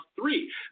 three